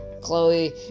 Chloe